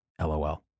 LOL